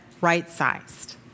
right-sized